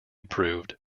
approved